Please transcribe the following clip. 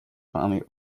finally